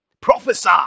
prophesy